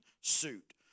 suit